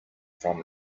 from